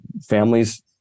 families